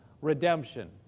redemption